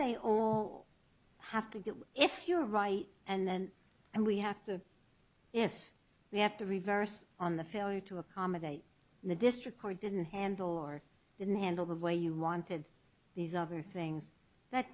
they all have to get if you're right and then and we have to if we have to reverse on the failure to accommodate the district court didn't handle or didn't handle the way you wanted these other things that